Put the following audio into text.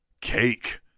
cake